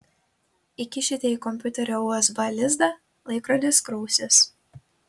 įkišite į kompiuterio usb lizdą laikrodis krausis